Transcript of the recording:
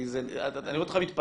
כי אני רואה אותך מתפתל.